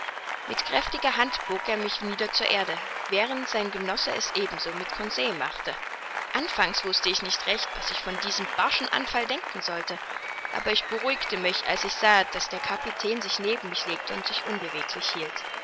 mit kräftiger hand bog er mich nieder zur erde während sein genosse es ebenso mit conseil machte anfangs wußte ich nicht recht was ich von dem barschen anfall denken sollte aber ich beruhigte mich als ich sah daß der kapitän sich neben mich legte und sich unbeweglich hielt